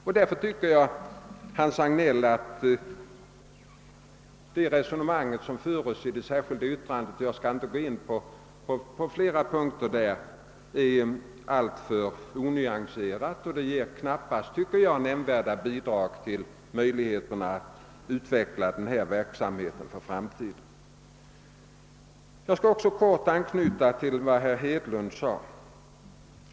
Jag tycker därför att det resonemang som Hans Hagnell för i det särskilda yttrandet — jag skall inte gå in på flera punkter i detta — är alltför onyanserat. Det ger knappast något nämnvärt bidrag till möjligheterna att i framtiden utveckla denna verksamhet. Jag skall också kortfattat anknyta till vad herr Hedlund sade.